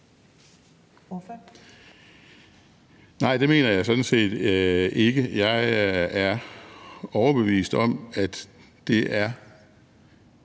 (LA): Nej, det mener jeg sådan set ikke. Jeg er overbevist om, at det er